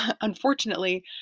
unfortunately